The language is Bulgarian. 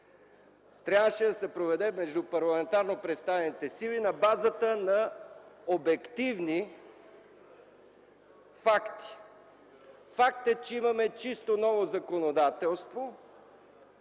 трябваше да се проведе между парламентарно представените сили на базата на обективни факти. Факт е, че имаме чисто ново законодателство.